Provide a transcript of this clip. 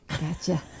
gotcha